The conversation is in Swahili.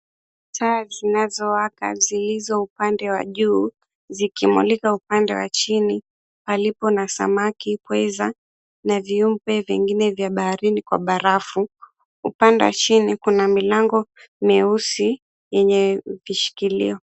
Taa zinazowaka zilizo upande wa juu zikimulika upande wa chini, alipo na samaki pweza na viumbe vingine vya baharini kwa barafu. Upande wa chini kuna milango meusi yenye vishikilio.